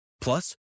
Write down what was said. Plus